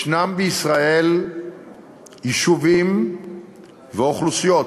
יש בישראל יישובים ואוכלוסיות